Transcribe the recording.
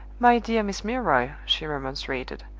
my dear miss milroy, she remonstrated,